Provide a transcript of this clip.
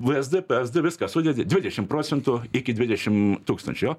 vsd psd viską sudedi dvidešim procentų iki dvidešim tūkstančių jo